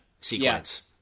sequence